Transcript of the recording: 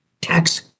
tax